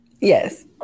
Yes